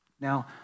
Now